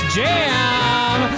jam